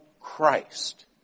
Christ